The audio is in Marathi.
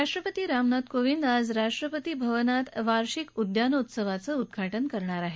राष्ट्रपती रामनाथ कोविंद आज राष्ट्रपती भवनात वार्षिक उद्यानोत्सवाचं उद्घाटन करतील